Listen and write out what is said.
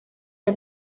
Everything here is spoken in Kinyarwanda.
aya